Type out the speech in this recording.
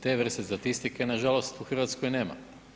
Te vrste statistika nažalost u Hrvatskoj nema.